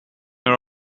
your